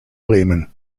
bremen